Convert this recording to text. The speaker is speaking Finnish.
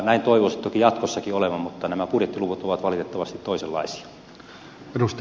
näin toivoisi toki jatkossakin olevan mutta nämä budjettiluvut ovat valitettavasti toisenlaisia